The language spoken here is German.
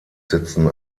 sitzen